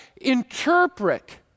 interpret